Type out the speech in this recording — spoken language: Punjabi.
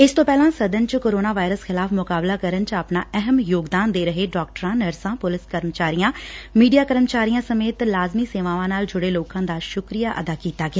ਇਸ ਤੋ ਪਹਿਲਾਂ ਸਦਨ ਚ ਕੋਰੋਨਾ ਵਾਇਰਸ ਖਿਲਾਫ਼ ਮੁਕਾਬਲਾ ਕਰਨ ਚ ਆਪਣਾ ਅਹਿਮ ਯੋਗਦਾਨ ਦੇ ਰਹੇ ਡਾਕਟਰਾ ਨਰਸਾਂ ਪੁਲਿਸ ਕਰਮਚਾਰੀਆਂ ਮੀਡੀਆਂ ਕਰਮਚਾਰੀਆਂ ਸਮੇਤ ਲਾਜ਼ਮੀ ਸੇਵਾਵਾਂ ਨਾਲ ਜੁੜੇ ਲੋਕਾਂ ਦਾ ਸੁਕਰੀਆ ਅਦਾ ਕੀਤਾ ਗਿਆ